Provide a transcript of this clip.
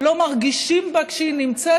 לא מרגישים בה כשהיא נמצאת,